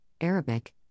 Arabic